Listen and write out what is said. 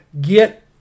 get